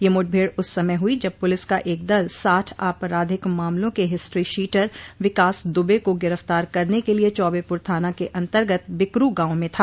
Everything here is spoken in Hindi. यह मुठभेड़ उस समय हुई जब पुलिस का एक दल साठ आपराधिक मामलों के हिस्ट्रीशीटर विकास दुबे को गिरफ्तार करने के लिए चौबेपुर थाना के अंतर्गत बिकरु गांव में था